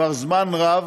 כבר זמן רב,